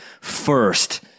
first